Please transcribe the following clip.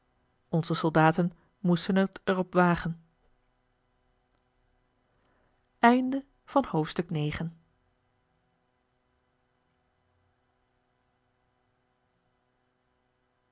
onze soldaten moesten het er op wagen